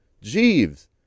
Jeeves